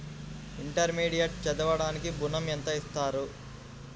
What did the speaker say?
Intermediate చదవడానికి ఋణం ఎంత ఇస్తారు?